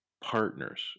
partners